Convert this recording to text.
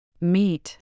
Meet